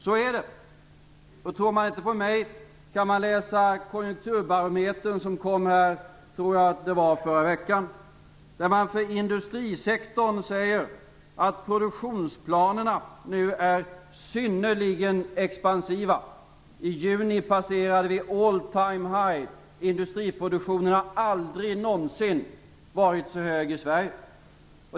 Så är det! Om ni inte tror på mig kan ni läsa Konjunkturbarometern från förra veckan. För industrisektorn framgår det att produktionsplanerna nu är synnerligen expansiva. I juni passerades all time high. Industriproduktionen har aldrig någonsin varit så hög i Sverige.